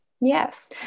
Yes